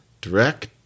direct